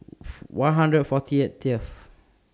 one hundred forty eight eighth